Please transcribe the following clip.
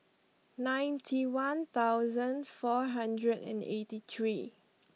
ninety one thousand four hundred and eighty three